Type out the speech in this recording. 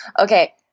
Okay